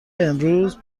امروز